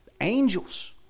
angels